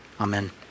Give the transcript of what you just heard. amen